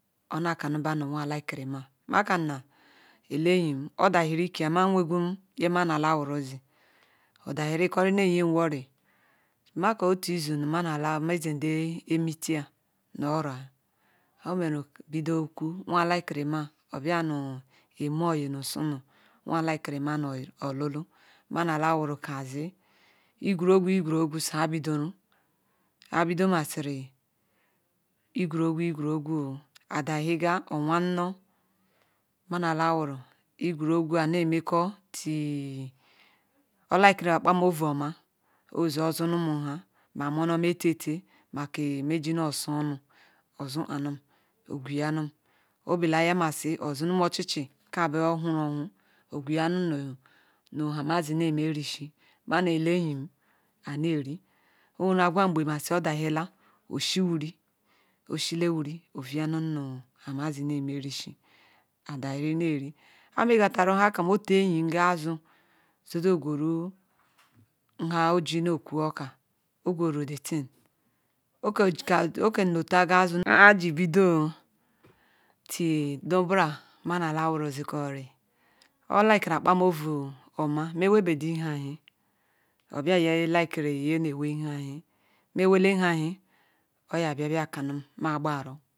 Onakanuba nu wah likirima nam kana ele enyim odagiri nke-a nu mah nwegwum nye mana lawuzi idadiri koh neyem norry nmaka otuzi nme ezeh deh meetia na orah nhe-omenu ku nuwa like mah obia nu omeh oyi nu osunu nuwa likirim nu orlulu nmana alowuru kazi igwere-ogwu igwere-ogwu sah ibidoru ayi bido masiri igwere-agwu igwwo-ogwu ayi dahega nwanon nuuna lahuru igwere-ogwu ayi neh meko till orlikiri akpa ovu omah oze ozzunum nba mah mmoh meh teteh mah kemeji nu ou onu ozu-anum ogwuyamum orlikiri okpa oʊu omah oze ozunumn obele oyamasi ozunum ochichi abah huru ohu ngwuyanum nhamaji emeh rush mama ele enyi ayi neh eri owere Agwa ngbe masila odehela oshi wuri oshile woni ouuyanum nhe mazi neh rushi ayo dahiri nne eri ayi megatara nhakam otu eyi gah azu zezo gwere nha oji noh okwu okah ogwebulu tee thing oke ji oke kne naga azu bido till du nbona mama la wuru zikori okikiri akpa meh ouu nke-oma meh weh beh di-ahi oba ye likiri nye neh weh nhiayi nme well nhiayi oyah bia bah kanum nma gborra.